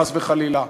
חס וחלילה,